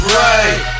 right